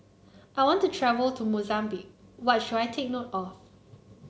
I want to travel to Mozambique what should I take note of